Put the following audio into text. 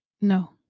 No